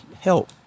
help